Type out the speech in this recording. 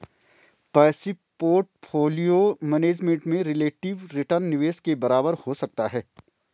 passive portfolio management में relative return निवेश के बराबर हो सकता है